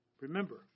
Remember